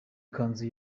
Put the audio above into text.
ikanzu